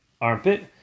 armpit